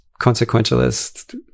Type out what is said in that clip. consequentialist